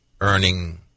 earning